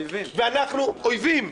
אויבים.